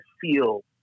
feel